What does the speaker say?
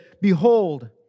behold